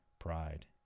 pride